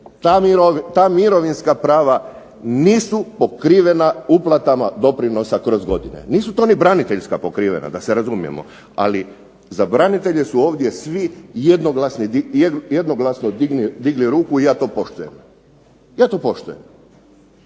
ta mirovinska prava nisu pokrivena uplatama doprinosa kroz godine. Nisu to ni braniteljska pokrivena, da se razumijemo. Ali za branitelje su ovdje svi jednoglasno digli ruku i ja to poštujem. Ja to poštujem.